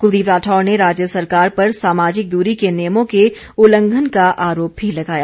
कुलदीप राठौर ने राज्य सरकार पर सामाजिक दुरी के नियमों के उल्लघंन का आरोप भी लगाया